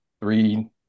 three